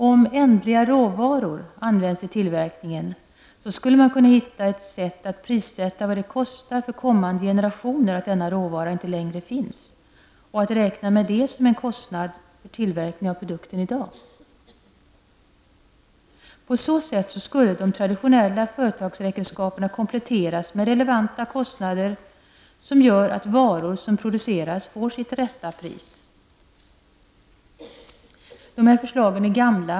Om ändliga råvaror används i tillverkningen, skulle man kunna hitta ett sätt att prissätta vad det kostar för kommande generationer att denna råvara inte längre finns, och räkna även det som en kostnad för tillverkningen av produkten i dag. På så sätt skulle de traditionella företagsräkenskaperna kompletteras med relevanta kostnader, som gör att varor som produceras får sitt rätta pris. De här förslagen är gamla.